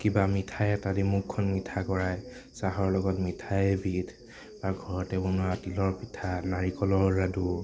কিবা মিঠাই এটা দি মুখখন মিঠা কৰায় চাহৰ লগত মিঠাই এবিধ আৰু ঘৰতে বনোৱা তিলৰ পিঠা নাৰিকলৰ লাডু